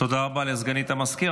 תודה רבה לסגנית המזכיר.